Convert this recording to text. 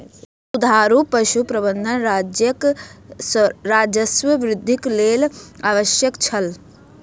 दुधारू पशु प्रबंधन राज्यक राजस्व वृद्धिक लेल आवश्यक छल